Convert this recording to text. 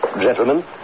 Gentlemen